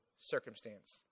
circumstance